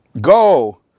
Go